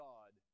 God